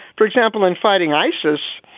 for example, in fighting isis,